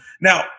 Now